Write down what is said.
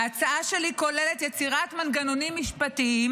ההצעה שלי כוללת יצירת מנגנונים משפטיים